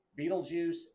Beetlejuice